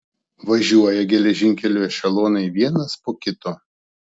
važiuoja geležinkeliu ešelonai vienas po kito